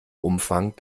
umfang